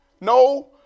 no